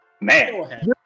Man